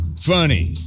funny